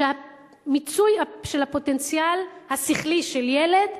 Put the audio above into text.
שהמיצוי של הפוטנציאל השכלי של ילד,